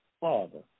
father